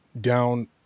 down